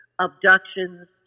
abductions